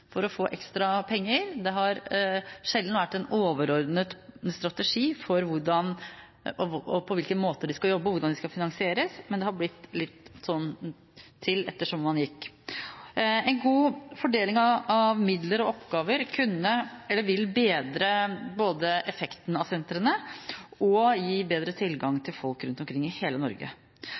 for å få ekstra penger. Det har sjelden vært en overordnet strategi for hvordan de skal jobbe, og hvordan de skal finansieres, men det har blitt til litt etter som man gikk. En god fordeling av midler og oppgaver vil bedre effekten av sentrene og gi bedre tilgang for folk rundt omkring i hele Norge.